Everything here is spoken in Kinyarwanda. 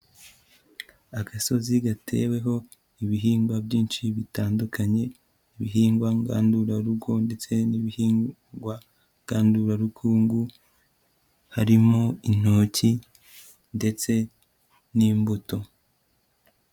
Agasozi gateweho ibihingwa byinshi bitandukanye, ibihingwa ngandurarugo ndetse n'ibihingwa ngandurabukungu, harimo intoki ndetse n'imbuto.